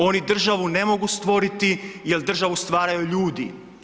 Oni državu ne mogu stvoriti jel državu stvaraju ljudi.